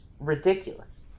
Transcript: Ridiculous